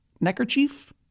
neckerchief